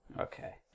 Okay